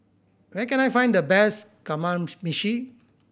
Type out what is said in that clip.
where can I find the best Kamameshi